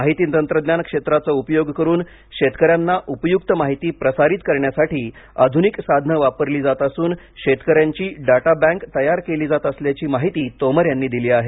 माहिती तंत्रज्ञान क्षेत्राचा उपयोग करून शेतकऱ्यांना उपयुक्त माहिती प्रसारित करण्यासाठी आधुनिक साधने वापरली जात असून शेतकऱ्यांची डाटा बँक तयार केली जात असल्याची माहिती तोमर यांनी दिली आहे